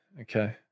Okay